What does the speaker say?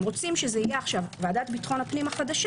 אם רוצים שזה יהיה עכשיו ועדת הפנים החדשה,